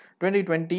2020